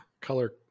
color